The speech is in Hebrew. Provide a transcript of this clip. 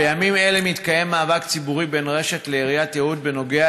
בימים אלה מתקיים מאבק ציבורי בין רש"ת לעיריית יהוד בנוגע